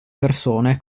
persone